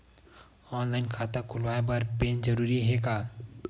Online खाता खुलवाय बर पैन जरूरी हे का?